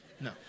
No